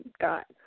got